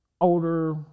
older